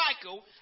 cycle